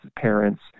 parents